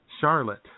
Charlotte